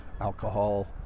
alcohol